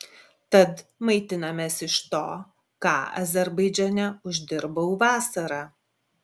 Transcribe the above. tad maitinamės iš to ką azerbaidžane uždirbau vasarą